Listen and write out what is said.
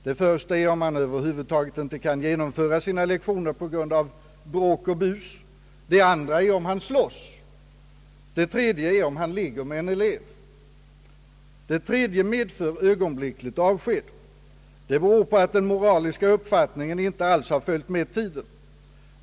Det första är om han över huvud taget inte kan genomföra sina lektioner på grund av bråk och bus. Det andra är om han slåss. Det tredje är om han ligger med en elev. ——— Det tredje medför ögonblickligt avsked. Det beror på att den moraliska uppfattningen inte alls har följt med tiden.